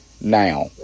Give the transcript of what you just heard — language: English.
Now